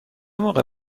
موقع